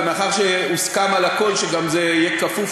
ומאחר שהוסכם על הכול שזה יהיה כפוף